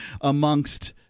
amongst